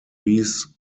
increase